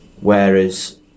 whereas